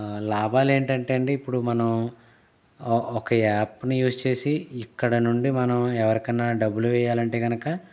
లాభాలేంటంటే అండి ఇప్పుడు మనం ఒక ఒక యాప్ ని యూజ్ చేసి ఇక్కడ నుండి మనం ఎవరికైన డబ్బులు వేయాలంటే కనుక